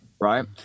right